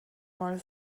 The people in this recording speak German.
mal